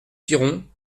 piron